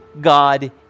God